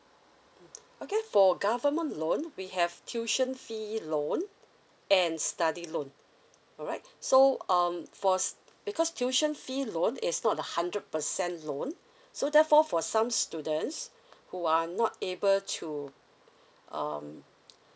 okay for government loan we have tuition fee loan and study loan alright so um for s~ because tuition fee loan is not a hundred percent loan so therefore for some students who are not able to um